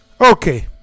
okay